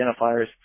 identifiers